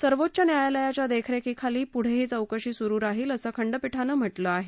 सर्वोच्च न्यायालयाच्या देखरेखीखाली पुढेही चौकशी सुरु राहील असं खंडपीठानं म्हटलं आहे